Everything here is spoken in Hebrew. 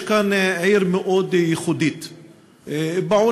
יש כאן עיר מאוד ייחודית בעולם,